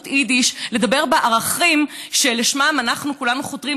היידיש לדבר בערכים שאליהם אנחנו כולנו חותרים,